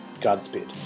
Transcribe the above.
Godspeed